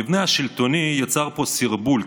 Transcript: המבנה השלטוני יצר פה סרבול,